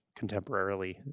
contemporarily